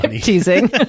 Teasing